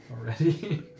Already